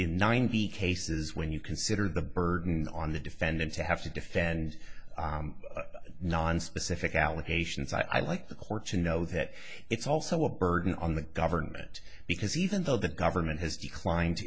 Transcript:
the ninety cases when you consider the burden on the defendant to have to defend non specific allegations i like the court to know that it's also a burden on the government because even though the government has declined